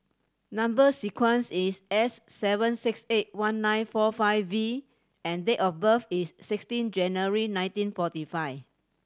number sequence is S seven six eight one nine four five V and date of birth is sixteen January nineteen forty five